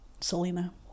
selena